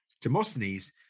Demosthenes